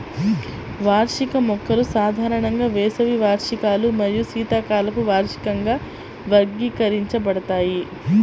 వార్షిక మొక్కలు సాధారణంగా వేసవి వార్షికాలు మరియు శీతాకాలపు వార్షికంగా వర్గీకరించబడతాయి